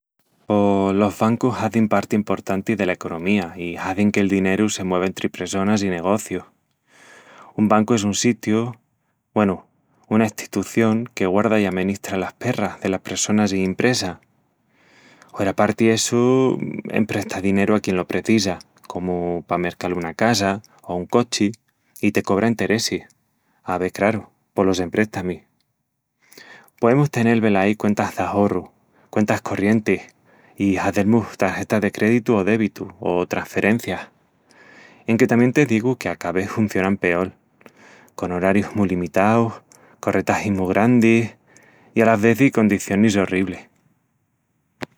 Pos... los bancus hazin parti emportanti dela economía i hazin que'l dineru se mueva entri pressonas i negocius. Un bancu es un sitiu..., güenu, una estitución que guarda i amenistra las perras delas pressonas i impresas. Hueraparti essu, empresta dineru a quien lo precisa, comu pa mercal una casa o un cochi, i te cobra enteressis, ave, craru, polos empréstamis. Poemus tenel velaí cuentas d'ahorru, cuentas corrientis, i hazel-mus tagetas de créditu o débitu, o trasferencias. Enque tamién te digu que a ca ves huncionan peol, con orarius mu limitaus, corretagis mu grandis i alas vezis condicionis orriblis!